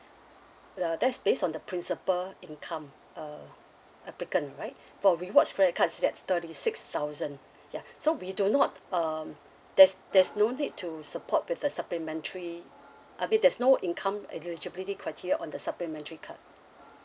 the that's based on the principal income uh applicant right for rewards credit cards that's thirty six thousand ya so we do not um there's there's no need to support with a supplementary I mean there's no income eligibility criteria on the supplementary card